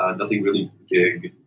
ah nothing really big.